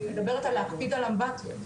אני מדברת על להקפיד על אמבטיות,